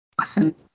Awesome